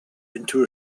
into